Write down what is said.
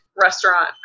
restaurant